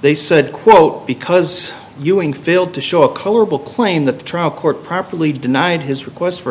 they said quote because ewing failed to show a colorable claim that the trial court properly denied his request for an